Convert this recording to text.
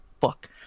fuck